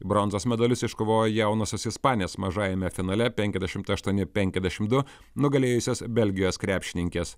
bronzos medalius iškovojo jaunosios ispanės mažajame finale penkiasdešimt aštuoni penkiasdešimt du nugalėjusios belgijos krepšininkes